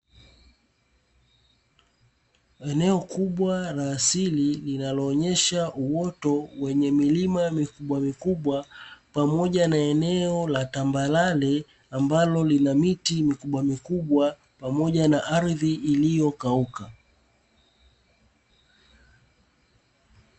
Eneo kubwa la asili linaloonyesha uoto wenye milima mikubwamikubwa, pamoja na eneo la tambarare ambalo lina miti mikubwa mikubwa pamoja na ardhi iliyokauka.